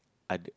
other